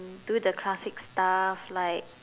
do the classic stuff like